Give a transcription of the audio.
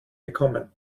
gekommen